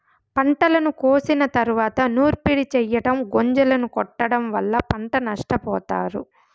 పంటను కోసిన తరువాత నూర్పిడి చెయ్యటం, గొంజలను కొట్టడం వల్ల పంట నష్టపోతారు